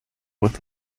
with